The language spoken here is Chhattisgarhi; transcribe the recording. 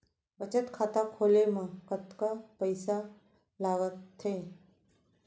बचत खाता खोले मा कतका पइसा लागथे?